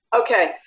Okay